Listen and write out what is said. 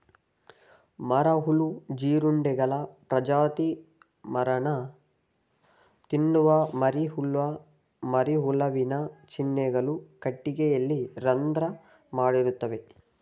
ಮರಹುಳು ಜೀರುಂಡೆಗಳ ಪ್ರಜಾತಿ ಮರನ ತಿನ್ನುವ ಮರಿಹುಳ ಮರಹುಳುವಿನ ಚಿಹ್ನೆಗಳು ಕಟ್ಟಿಗೆಯಲ್ಲಿ ರಂಧ್ರ ಮಾಡಿರ್ತವೆ